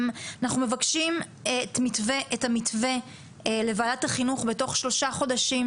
אנחנו מבקשים את המתווה לוועדת החינוך בתוך שלושה חודשים,